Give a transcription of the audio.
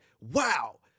wow